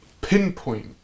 pinpoint